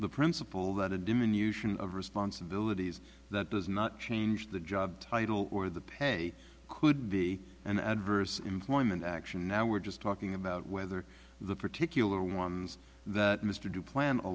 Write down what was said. the principle that a diminution of responsibilities that does not change the job title or the pay could be an adverse employment action now we're just talking about whether the particular ones that mr du plan a